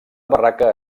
barraca